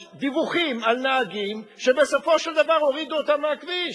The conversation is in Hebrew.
דיווחים על נהגים שבסופו של דבר הורידו אותם מהכביש.